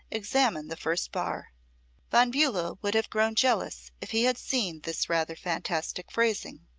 examine the first bar von bulow would have grown jealous if he had seen this rather fantastic phrasing.